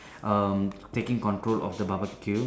um taking control of the barbeque